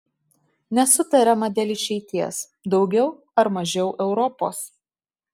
nesutariama dėl išeities daugiau ar mažiau europos